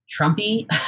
Trumpy